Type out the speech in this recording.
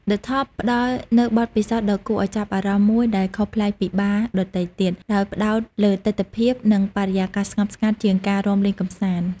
ឌឹ ថប់ ផ្ដល់នូវបទពិសោធន៍ដ៏គួរឱ្យចាប់អារម្មណ៍មួយដែលខុសប្លែកពីបារដទៃទៀត ដោយផ្តោតលើទិដ្ឋភាព និងបរិយាកាសស្ងប់ស្ងាត់ជាងការរាំលេងកម្សាន្ត។